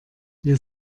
wir